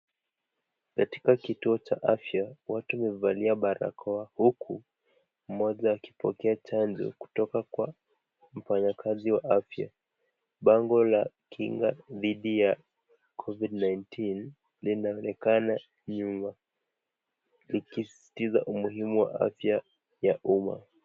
Katika kituo cha afya, watu wamevalia barakoa huku mmoja akipokea chanjo kutoka kwa mfanyakazi wa afya, bango ya kinga dhidi ya 'Covid-19' linaonekana nyuma, ikisisitiza umuhimu wa afya ya umma.